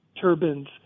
turbines